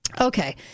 okay